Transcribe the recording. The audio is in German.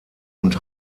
und